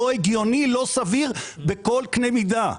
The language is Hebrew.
לא הגיוני, לא סביר בכל קנה מידה.